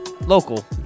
local